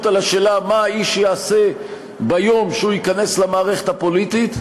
על השאלה מה האיש יעשה ביום שהוא ייכנס למערכת הפוליטית,